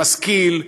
משכיל,